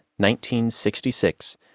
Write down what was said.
1966